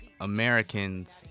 Americans